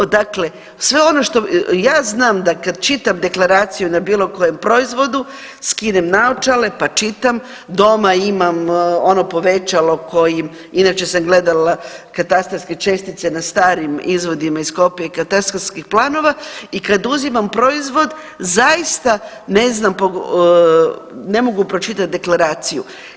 Dakle, sve ono što, ja znam da kad čitam deklaraciju na bilo kojem proizvodu, skinem naočale, pa čitam, doma imam ono povećalo kojim inače sam gledala katastarske čestice na starim izvodima iz kopije katastarskih planova i kad uzimam proizvod zaista ne mogu pročitat deklaraciju.